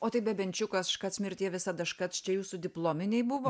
o tai bebenčiukas škac mirtie visada škac čia jūsų diplominiai buvo